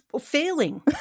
failing